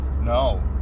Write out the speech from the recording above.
No